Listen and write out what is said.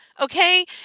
Okay